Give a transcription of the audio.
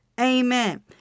Amen